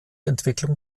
entwicklung